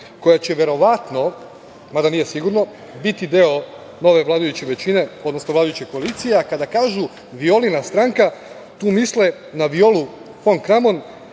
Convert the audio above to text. koja će verovatno, mada nije sigurno, biti deo nove vladajuće većine, odnosno vladajuće koalicije, a kada kažu – Violina stranka, tu misle na Violu fon Kramon